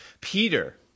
Peter